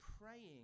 praying